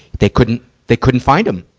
they couldn't, they couldn't find him.